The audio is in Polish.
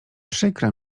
przykra